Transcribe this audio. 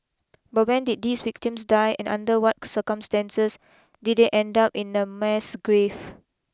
but when did these victims die and under what circumstances did they end up in a mass grave